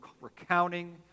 recounting